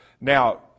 Now